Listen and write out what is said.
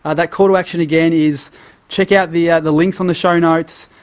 ah that call-to-action, again, is check out the the links on the show notes,